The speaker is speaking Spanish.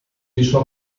hizo